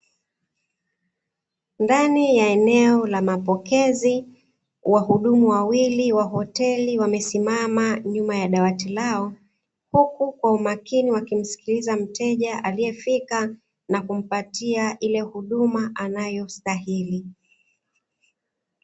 Ndani ya eneo la mapokezi wahudumu wawili wa hoteli wamesimama nyuma ya dawati lao, huku kwa umakini wakimsikiliza mteja aliyefika na kumpatia ile huduma anayostahili.